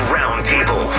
Roundtable